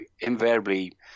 invariably